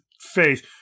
face